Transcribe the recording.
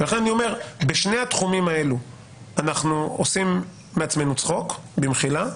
ולכן בשני התחומים האלה אנחנו עושים מעצמנו צחוק במחילה,